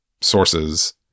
sources